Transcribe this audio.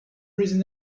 reason